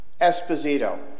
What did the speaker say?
Esposito